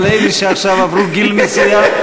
עכשיו על אלה שעברו גיל מסוים.